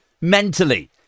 mentally